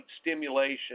stimulation